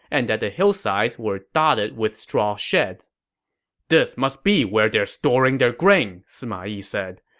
and that the hillsides were dotted with straw sheds this must be where they're storing their grain, sima yi said.